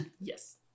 Yes